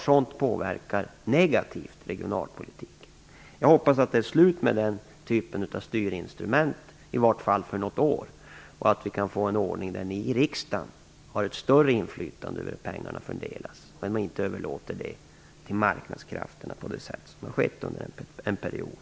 Sådant påverkar regionalpolitiken negativt. Jag hoppas att det är slut med den typen av styrinstrument, i alla fall för något år, och att vi kan få en ordning där ni i riksdagen har ett större inflytande över hur pengarna fördelas och inte överlåter det till marknadskrafterna på det sätt som har skett under en period.